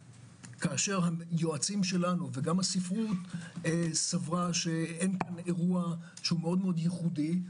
היועצים שלנו וגם הספרות סברה שאין אירוע כאן מאוד ייחודי.